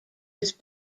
was